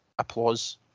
applause